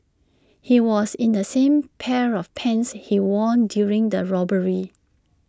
he was in the same pair of pants he wore during the robbery